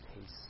peace